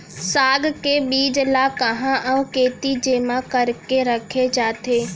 साग के बीज ला कहाँ अऊ केती जेमा करके रखे जाथे?